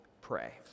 pray